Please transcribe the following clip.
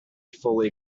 fully